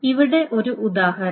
ഇവിടെ ഒരു ഉദാഹരണം